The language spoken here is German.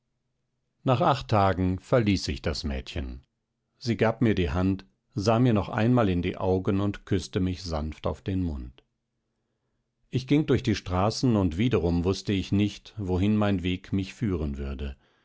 nach acht tagen verließ ich das mädchen sie gab mir die hand sah mir noch einmal in die augen und küßte mich sanft auf den mund ich ging durch die straßen und wiederum wußte ich nicht wohin mein weg mich führen würde